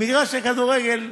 במגרש הכדורגל,